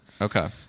Okay